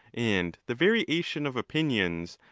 and the variation of opinions,